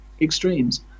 extremes